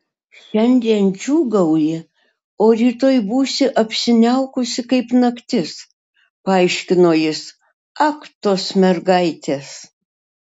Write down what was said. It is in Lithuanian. šiandien džiūgauji o rytoj būsi apsiniaukusi kaip naktis paaiškino jis ak tos mergaitės